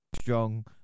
strong